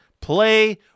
Play